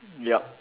ya